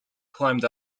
climbed